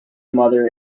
mother